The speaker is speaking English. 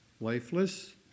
lifeless